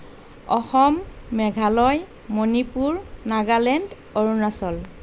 Assam Meghalaya Manipur Nagaland Arunachal